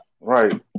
Right